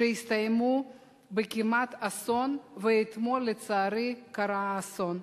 שהסתיימו בכמעט אסון, ואתמול, לצערי, קרה האסון.